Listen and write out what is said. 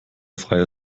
freie